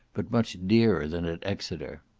but much dearer than at exeter.